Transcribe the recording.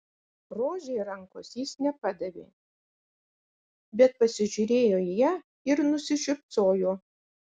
rožei rankos jis nepadavė bet pasižiūrėjo į ją ir nusišypsojo